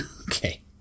okay